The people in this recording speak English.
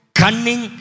cunning